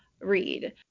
read